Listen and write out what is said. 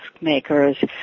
Makers